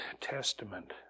Testament